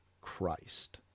Christ